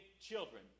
children